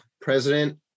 president